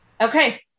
Okay